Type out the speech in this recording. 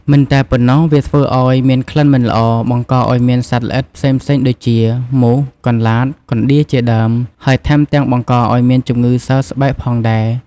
មិនតែប៉ុណ្ណោះវាធ្វើឲ្យមានក្លិនមិនល្អ បង្កឲ្យមានសត្វល្អិតផ្សេងៗដូចជា មូស កន្លាត កណ្តៀរជាដើម ហើយថែមទាំងបង្កឲ្យមានជំងឺសើស្បែកផងដែរ។